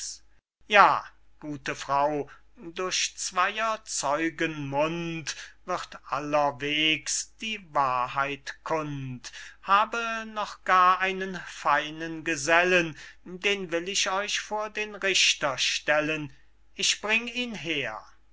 ja gute frau durch zweyer zeugen mund wird allerwegs die wahrheit kund habe noch gar einen feinen gesellen den will ich euch vor den richter stellen ich bring ihn her